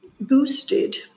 boosted